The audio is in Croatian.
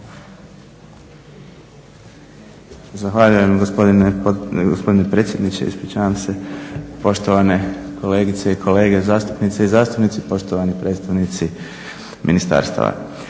Zahvaljujem gospodine potpredsjedniče, predsjedniče ispričavam se, poštovane kolegice i kolege zastupnici, poštovani predstavnici ministarstva.